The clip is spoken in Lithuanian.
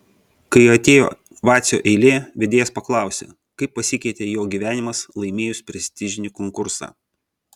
kai atėjo vacio eilė vedėjas paklausė kaip pasikeitė jo gyvenimas laimėjus prestižinį konkursą